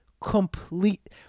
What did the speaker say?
complete